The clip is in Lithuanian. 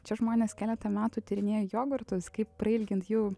čia žmonės keletą metų tyrinėja jogurtus kaip prailgint jų